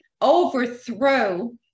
overthrow